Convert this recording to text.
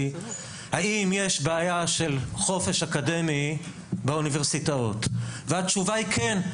היא האם יש בעיה של חופש אקדמי באוניברסיטאות והתשובה היא כן,